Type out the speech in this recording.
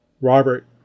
Robert